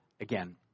again